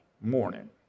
morning